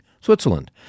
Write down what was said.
Switzerland